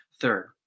Third